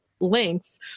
links